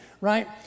right